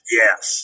yes